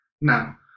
Now